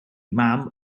mam